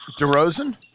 DeRozan